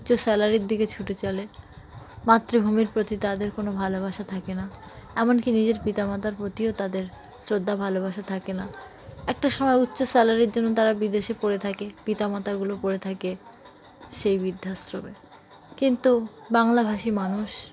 উচ্চ স্যালারির দিকে ছুটে চলে মাতৃভূমির প্রতি তাদের কোনো ভালোবাসা থাকে না এমনকি নিজের পিত মাতার প্রতিও তাদের শ্রদ্ধা ভালোবাসা থাকে না একটা সময় উচ্চ স্যালারির জন্য তারা বিদেশে পড়ে থাকে পিতামাতাগুলো পড়ে থাকে সেই বৃদ্ধাশ্রমে কিন্তু বাংলাভাষী মানুষ